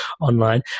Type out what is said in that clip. online